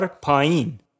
pain